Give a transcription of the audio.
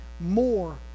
more